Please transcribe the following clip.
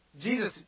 Jesus